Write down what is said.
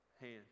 hand